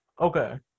Okay